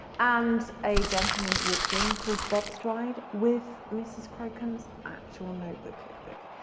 and a gentleman walked in called bob stride with mrs crocombe's actual notebook cookbook.